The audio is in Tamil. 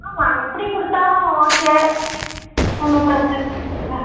ஆமாம் எப்படி கொடுத்தாலும் ஓகே ஒன்றும் பிரச்சின இல்லைங்க